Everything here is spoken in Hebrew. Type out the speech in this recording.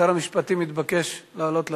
שר המשפטים מתבקש לעלות לדוכן.